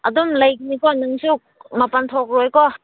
ꯑꯗꯨꯝ ꯂꯩꯒꯅꯤꯀꯣ ꯅꯪꯁꯨ ꯃꯄꯥꯟ ꯊꯣꯛꯂꯣꯏꯀꯣ